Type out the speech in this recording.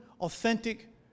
authentic